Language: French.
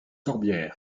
corbière